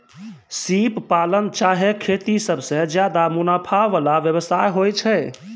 सिप पालन चाहे खेती सबसें ज्यादे मुनाफा वला व्यवसाय होय छै